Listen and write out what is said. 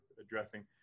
addressing